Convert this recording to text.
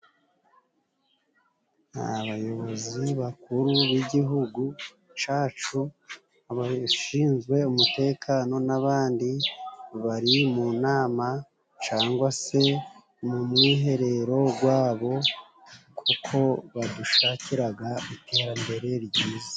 Ni abayobozi bakuru b'igihugu cacu abashinzwe umutekano; n'abandi bari mu nama cagwa se mu mwiherero, wabo kuko badushakiraga iterambere ryiza.